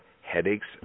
Headaches